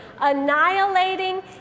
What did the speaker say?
annihilating